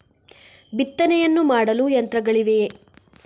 ಬಿತ್ತನೆಯನ್ನು ಮಾಡಲು ಯಂತ್ರಗಳಿವೆಯೇ?